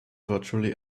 virtually